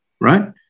right